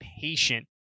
patient